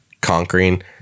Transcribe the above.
conquering